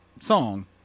song